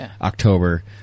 October